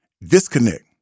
disconnect